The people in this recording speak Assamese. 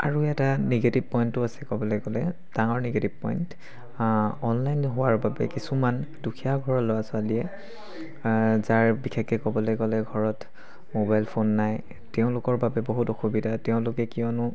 আৰু এটা নিগেটিভ পইণ্টো আছে ক'বলৈ গ'লে ডাঙৰ নিগেটিভ পইণ্ট অনলাইন হোৱাৰ বাবে কিছুমান দুখীয়া ঘৰৰ ল'ৰা ছোৱালীয়ে যাৰ বিশেষকৈ ক'বলৈ গ'লে ঘৰত মোবাইল ফোন নাই তেওঁলোকৰ বাবে বহুত অসুবিধা তেওঁলোকে কিয়নো